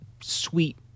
sweet